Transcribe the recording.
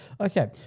okay